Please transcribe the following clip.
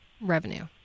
revenue